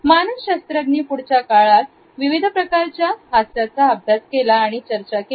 मानस शास्त्रज्ञांनी पुढच्या काळात विविध प्रकारच्या हासयांचा अभ्यास केला आणि चर्चा केली